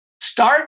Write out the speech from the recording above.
start